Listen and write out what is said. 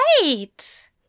Wait